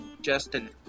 Justin